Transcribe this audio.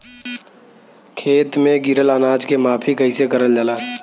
खेत में गिरल अनाज के माफ़ी कईसे करल जाला?